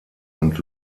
und